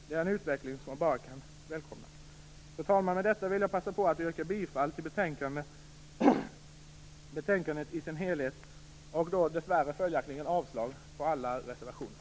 Det är en utveckling som man bara kan välkomna. Fru talman! Med detta vill jag yrka bifall till utskottets hemställan i dess helhet och följaktligen dessvärre avslag på alla reservationer.